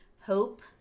Hope